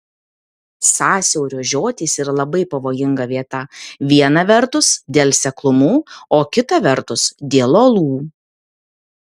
sąsiaurio žiotys yra labai pavojinga vieta viena vertus dėl seklumų o kita vertus dėl uolų